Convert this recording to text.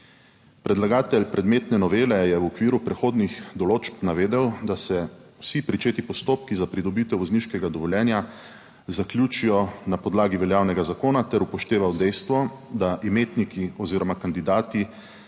Predlagatelj predmetne novele je v okviru prehodnih določb navedel, da se vsi začeti postopki za pridobitev vozniškega dovoljenja zaključijo na podlagi veljavnega zakona, ter upošteval dejstvo, da imetniki oziroma kandidati